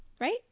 right